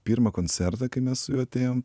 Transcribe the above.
pirmą koncertą kai mes su atėjom